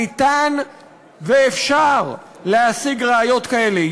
ניתן ואפשר להשיג ראיות כאלה.